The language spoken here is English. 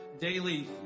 daily